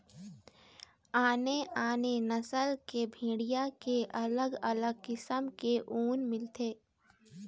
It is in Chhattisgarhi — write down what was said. आने आने नसल के भेड़िया के अलग अलग किसम के ऊन मिलथे